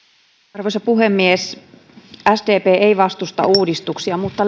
arvoisa puhemies sdp ei vastusta uudistuksia mutta